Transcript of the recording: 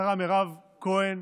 השרה מירב כהן,